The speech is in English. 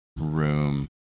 room